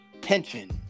tension